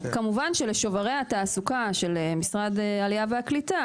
כמובן שלשוברי התעסוקה של משרד העלייה והקליטה,